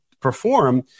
perform